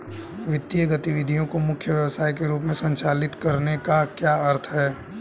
वित्तीय गतिविधि को मुख्य व्यवसाय के रूप में संचालित करने का क्या अर्थ है?